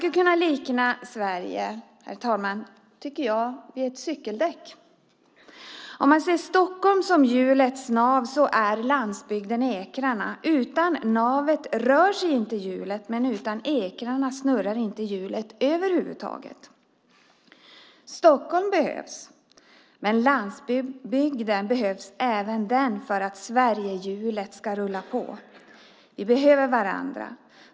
Jag tycker att man skulle kunna likna Sverige vid ett cykeldäck. Om man ser Stockholm som hjulets nav är landsbygden ekrarna. Utan navet rör sig inte hjulet, men utan ekrar snurrar hjulet över huvud taget inte. Stockholm behövs, men även landsbygden behövs för att Sverigehjulet ska rulla på. Vi behöver varandra.